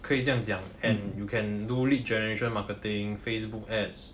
可以这样讲 and you can do lead generation marketing facebook ads